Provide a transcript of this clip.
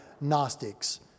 Gnostics